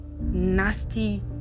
nasty